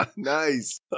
Nice